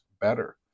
better